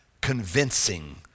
convincing